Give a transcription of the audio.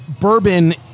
bourbon